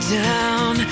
down